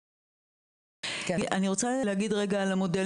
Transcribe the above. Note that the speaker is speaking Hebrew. אני רוצה להגיד על המודלים